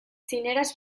txineraz